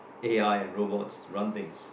A_I and robots run things